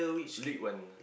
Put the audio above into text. league one